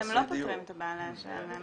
אתם לא פותרים את הבעיה לאלה שאין להם,